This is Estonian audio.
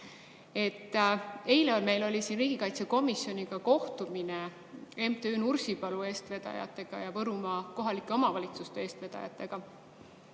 Eile oli meil riigikaitsekomisjoniga kohtumine MTÜ [Meie] Nursipalu eestvedajatega ja Võrumaa kohalike omavalitsuste eestvedajatega.